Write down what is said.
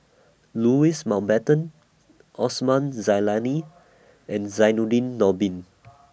Louis Mountbatten Osman Zailani and Zainudin Nordin